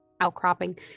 outcropping